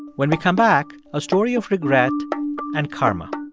when we come back, a story of regret and karma.